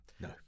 No